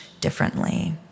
differently